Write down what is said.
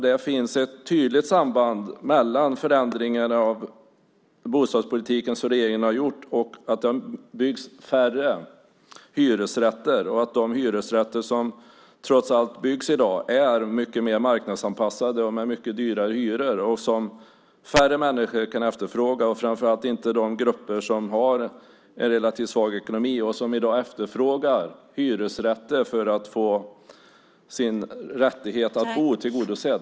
Det finns ett tydligt samband mellan förändringarna av bostadspolitiken som regeringen har gjort och att det har byggts färre hyresrätter och att de hyresrätter som trots allt byggs i dag är mycket mer marknadsanpassade. Det är mycket högre hyror. Färre människor kan efterfråga dem, framför allt inte de grupper som har en relativt svag ekonomi och som i dag efterfrågar hyresrätter för att få sin rättighet att bo tillgodosedd.